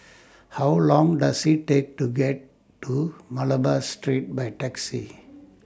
How Long Does IT Take to get to Malabar Street By Taxi